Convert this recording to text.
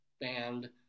band